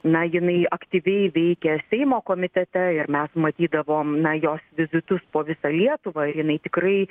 na jinai aktyviai veikia seimo komitete ir mes matydavom na jos vizitus po visą lietuvą jinai tikrai